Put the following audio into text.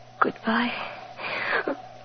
Goodbye